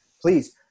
please